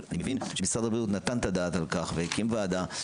אבל אני מבין שמשרד הבריאות נתן את הדעת על כך והקים ועדה,